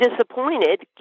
disappointed